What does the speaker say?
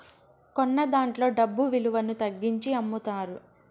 కొన్నదాంట్లో డబ్బు విలువను తగ్గించి అమ్ముతారు